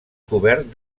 cobert